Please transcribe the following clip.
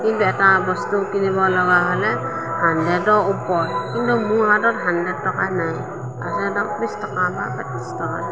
বেটা বস্তু কিনিব লগা হ'লে হাণড্ৰেদৰ ওপৰত কিন্তু মোৰ হাতত এতিয়া হাণড্ৰেদ টকা নাই আছে বিছ টকা বা ত্ৰিছ টকা